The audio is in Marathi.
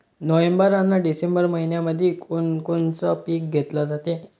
नोव्हेंबर अन डिसेंबर मइन्यामंधी कोण कोनचं पीक घेतलं जाते?